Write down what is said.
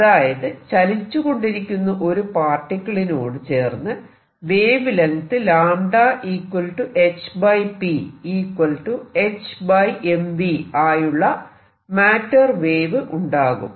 അതായത് ചലിച്ചുകൊണ്ടിരിക്കുന്ന ഒരു പാർട്ടിക്കിളിനോട് ചേർന്ന് വേവ് ലെങ്ത് λhp hmv ആയുള്ള മാറ്റർ വേവ് ഉണ്ടാകും